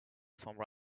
from